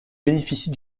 bénéficient